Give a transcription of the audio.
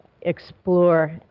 explore